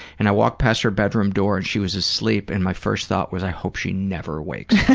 and i walked past her bedroom door and she was asleep. and my first thought was, i hope she never wakes yeah